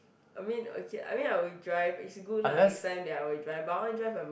I mean okay I mean I will drive it's good lah next time then I will drive but I wanna drive a